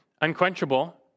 Unquenchable